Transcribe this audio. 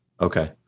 Okay